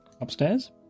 Upstairs